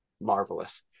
marvelous